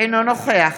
אינו נוכח